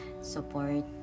support